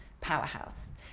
powerhouse